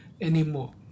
anymore